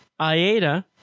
Aida